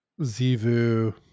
Zivu